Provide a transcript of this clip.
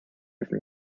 from